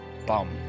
bum